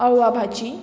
आळवा भाजी